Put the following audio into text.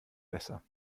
besser